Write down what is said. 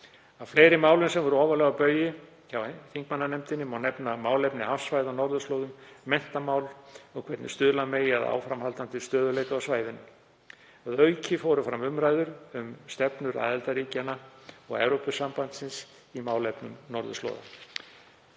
Af fleiri málum sem voru ofarlega á baugi hjá þingmannanefndinni má nefna málefni hafsvæða á norðurslóðum, menntamál og hvernig stuðla megi að áframhaldandi stöðugleika á svæðinu. Að auki fóru fram umræður um stefnur aðildarríkjanna og Evrópusambandsins í málefnum norðurslóða.